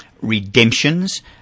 redemptions